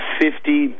fifty